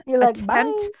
attempt